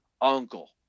uncle